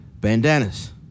bandanas